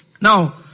Now